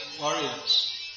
warriors